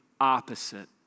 opposite